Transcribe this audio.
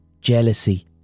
jealousy